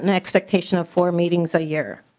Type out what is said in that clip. and expectation of four meetings a year.